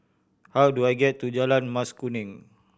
how do I get to Jalan Mas Kuning